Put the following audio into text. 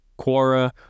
Quora